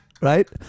Right